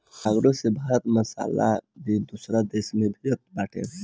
cargo से भारत मसाला भी दूसरा देस में भेजत बाटे